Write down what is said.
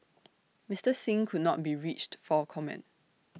Mister Singh could not be reached for comment